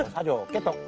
i told